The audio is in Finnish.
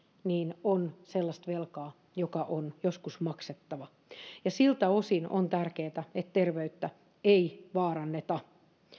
koska terveysvelankin kasvattaminen on sellaista velkaa joka on joskus maksettava siltä osin on tärkeätä että terveyttä ei vaaranneta